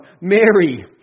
Mary